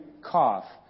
cough